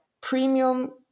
premium